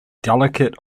delegate